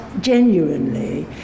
genuinely